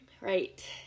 Right